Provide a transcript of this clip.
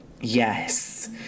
yes